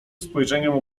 spojrzeniem